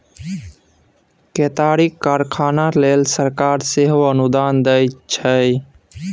केतारीक कारखाना लेल सरकार सेहो अनुदान दैत छै